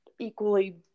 equally